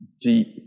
deep